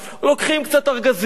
לוקחים קצת ארגזים,